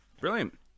brilliant